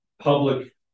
public